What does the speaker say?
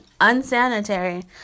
unsanitary